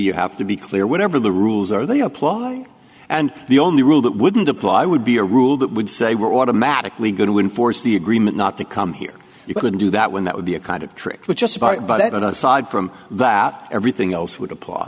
have to be clear whatever the rules are they apply and the only rule that wouldn't apply would be a rule that would say we're automatically going to enforce the agreement not to come here you couldn't do that when that would be a kind of trick with just a part but that aside from that everything else would apply